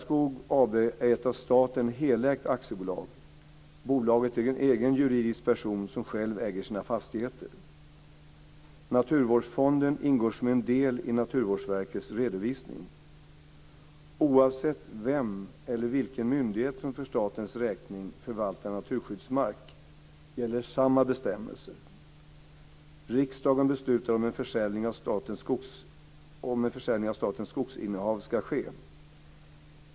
Bolaget är en egen juridisk person som själv äger sina fastigheter. Naturvårdsfonden ingår som en del i Naturvårdsverkets redovisning. Oavsett vem eller vilken myndighet som för statens räkning förvaltar naturskyddsmark gäller samma bestämmelser. Riksdagen beslutar om en försäljning av statens skogsinnehav ska ske.